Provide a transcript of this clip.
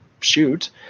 shoot